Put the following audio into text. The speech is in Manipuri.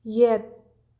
ꯌꯦꯠ